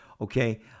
Okay